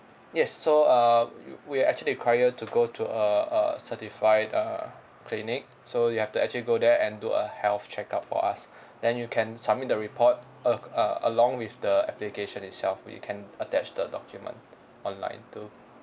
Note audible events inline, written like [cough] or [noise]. yes so err we we actually require to go to a a certified err clinic so you have to actually go there and do a health check-up for us [breath] then you can submit the report uh uh along with the application itself you can attach the document online too